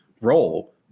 role